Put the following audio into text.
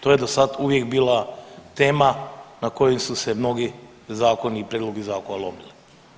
To je do sad uvijek bila tema na kojoj su se mnogi zakona i prijedlogi zakona lomili.